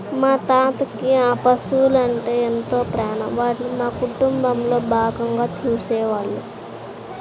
మా తాతకి ఆ పశువలంటే ఎంతో ప్రాణం, వాటిని మా కుటుంబంలో భాగంగా చూసేవాళ్ళు